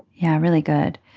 yeah really good.